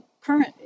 current